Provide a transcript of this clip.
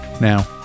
now